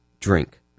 drink